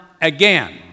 again